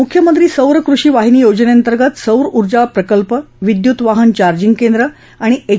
मुख्यमंत्री सौर कृषी वाहिनी योजनेअंतर्गत सौर उर्जा प्रकल्प विद्यूत वाहन चार्जिंग केंद्र आणि एच